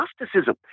Gnosticism